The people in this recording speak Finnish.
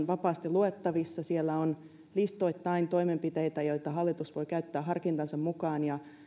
vapaasti luettavissa siellä on listoittain toimenpiteitä joita hallitus voi käyttää harkintansa mukaan ja